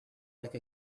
like